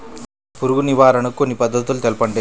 పురుగు నివారణకు కొన్ని పద్ధతులు తెలుపండి?